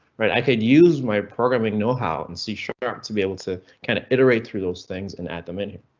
right? i could use my programming know how and see show up yeah but to be able to kind of iterate through those things and add them in here.